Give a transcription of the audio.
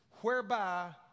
whereby